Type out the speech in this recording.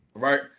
Right